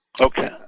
Okay